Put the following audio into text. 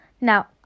Now